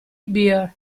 beer